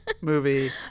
movie